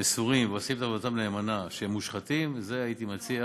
מסורים שעושים את עבודתם נאמנה שהם מושחתים,